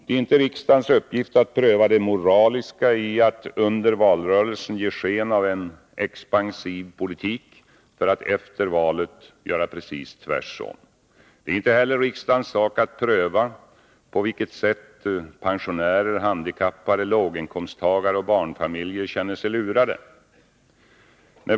Det är inte riksdagens uppgift att pröva det moraliska i att man under valrörelsen ger sken av en expansiv politik för att efter valet göra precis tvärtom. Det är inte heller riksdagens sak att pröva på vilket sätt pensionärer, handikappade, låginkomsttagare och barnfamiljer känner sig lurade.